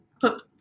put